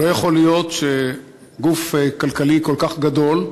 לא יכול להיות שגוף כלכלי כל כך גדול,